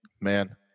man